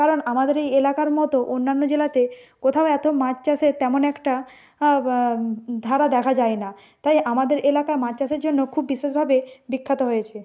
কারণ আমাদের এই এলাকার মতো অন্যান্য জেলাতে কোথাও এতো মাছ চাষের তেমন একটা ব ধারা দেখা যায় না তাই আমাদের এলাকা মাছ চাষের জন্য খুব বিশেষভাবে বিখ্যাত হয়েছে